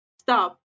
stop